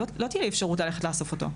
לא תהיה אפשרות ללכת לאסוף אותו,